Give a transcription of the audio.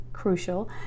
crucial